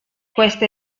questa